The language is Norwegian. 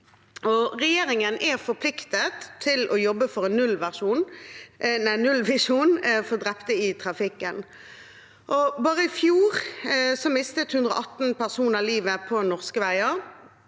Regjeringen er forpliktet til å jobbe for en nullvisjon for drepte i trafikken. Bare i fjor mistet 118 personer livet på norske veier,